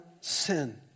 sin